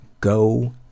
go